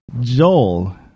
Joel